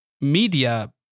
media